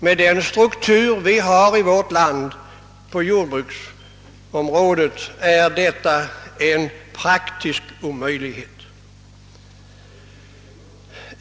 Med den struktur vi har på jordbruksområdet i vårt land är detta en praktisk omöjlighet.